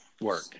work